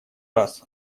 раз